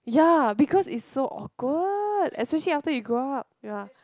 ya because it's so awkward especially after you grow up yeah